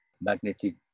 magnetic